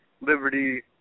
liberty